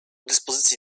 dyspozycji